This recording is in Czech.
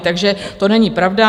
Takže to není pravda.